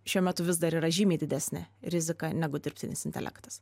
šiuo metu vis dar yra žymiai didesnė rizika negu dirbtinis intelektas